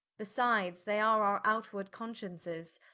besides, they are our outward consciences,